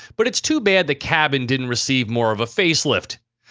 but it's too bad the cabin didn't receive more of a facelift.